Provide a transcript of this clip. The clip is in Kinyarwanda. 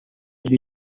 muri